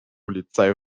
polizei